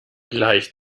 gleich